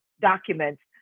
documents